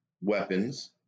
weapons